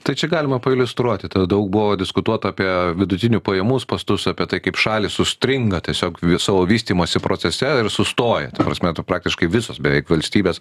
tai čia galima pailiustruoti tada daug buvo diskutuota apie vidutinių pajamų spąstus apie tai kaip šalys užstringa tiesiog savo vystymosi procese ir sustoja ta prasme to praktiškai visos beveik valstybės